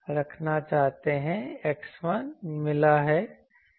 रखना चाहते हैं X1 मिला है